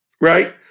right